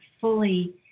fully